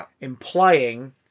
implying